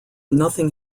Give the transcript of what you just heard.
nothing